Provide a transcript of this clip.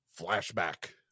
flashback